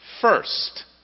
first